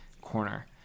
corner